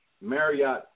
Marriott